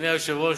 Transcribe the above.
אדוני היושב-ראש,